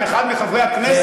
עם אחד מחברי הכנסת,